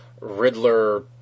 Riddler